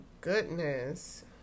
goodness